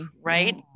right